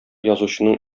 язучының